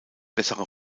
bessere